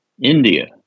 India